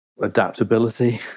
Adaptability